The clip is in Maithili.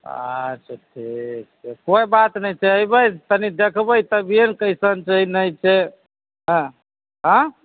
आच्छा ठीक छै कोइ बात नहि छै अयबै ने तनी देखबै तभिये ने कैसन छै नहि छै हँ आएँ